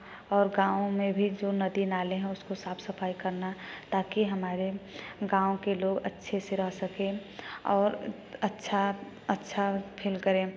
और गाँवों में भी जो नदी नाले हैं उसको साफ़ सफ़ाई करना ताकि हमारे गाँव के लोग अच्छे से रह सकें और अच्छा अच्छा फील करें